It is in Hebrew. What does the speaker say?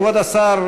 כבוד השר,